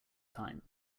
time